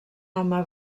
home